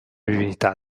divinità